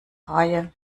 reihe